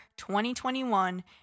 2021